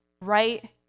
right